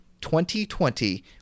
2020